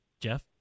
Jeff